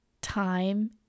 time